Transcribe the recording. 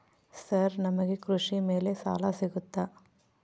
Sir ನಮಗೆ ಕೃಷಿ ಮೇಲೆ ಸಾಲ ಸಿಗುತ್ತಾ?